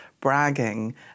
bragging